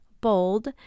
Bold